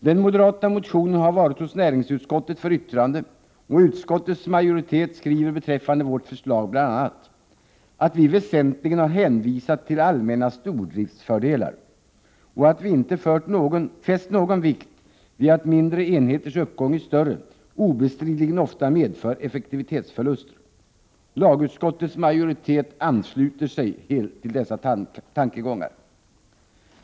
Den moderata motionen har varit hos näringsutskottet för yttrande, och utskottets majoritet skriver beträffande vårt förslag bl.a. att vi väsentligen har hänvisat till allmänna stordriftsfördelar och att vi inte fäst någon vikt vid att mindre enheters uppgång i större obestridligen ofta medför effektivitetsförluster. Lagutskottets majoritet ansluter sig helt till dessa tankegångar.